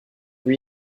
lui